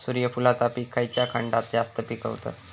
सूर्यफूलाचा पीक खयच्या खंडात जास्त पिकवतत?